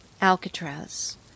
Alcatraz